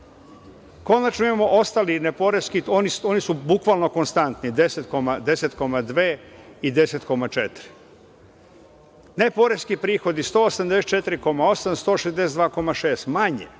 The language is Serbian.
imamo ostali neporeski, oni su bukvalno konstantni 10,2 i 10,4, ne poreski prihodi, 184,8, 162,6, manje.